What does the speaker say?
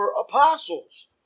apostles